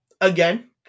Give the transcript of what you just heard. Again